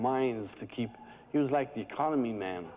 mines to keep he was like the economy man